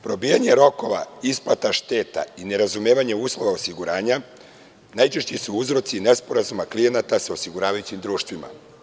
Probijanje rokova isplata šteta i nerazumevanje uslova osiguranja najčešći su uzroci nesporazuma klijenata sa osiguravajućim društvima.